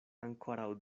ankoraŭ